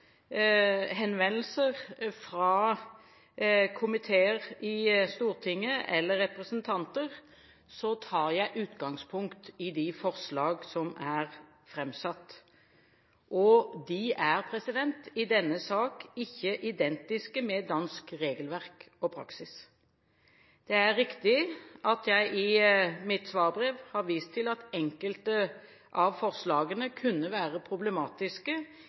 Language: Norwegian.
henvendelser fra komiteer i Stortinget eller fra representanter, tar jeg utgangspunkt i de forslag som er fremsatt. De er i denne sak ikke identiske med dansk regelverk og praksis. Det er riktig at jeg i mitt svarbrev har vist til at enkelte av forslagene kunne være problematiske